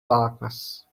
darkness